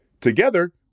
Together